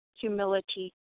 humility